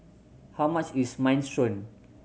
how much is Minestrone